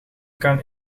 kan